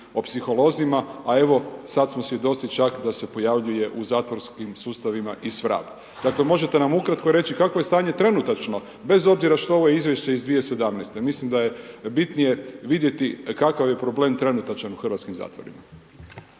o psiholozima, a evo sad smo svjedoci čak da se pojavljuje u zatvorskim sustavima i svrab. Dakle možete li nam ukratko reći kakvo je stanje trenutačno, bez obzira što je ovo izvješće iz 2017., mislim da je bitnije vidjeti kakav je problem trenutačan u hrvatskim zatvorima.